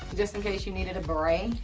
just in case you needed a beret,